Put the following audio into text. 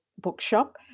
bookshop